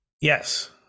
Yes